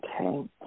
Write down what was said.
Okay